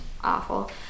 awful